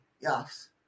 Yes